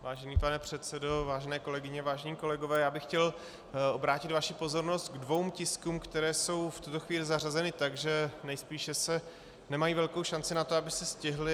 Vážený pane předsedo, vážené kolegyně, vážení kolegové, já bych chtěl obrátit vaši pozornost ke dvěma tiskům, které jsou v tuto chvíli zařazeny tak, že nejspíše nemají velkou šanci na to, aby se stihly.